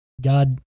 God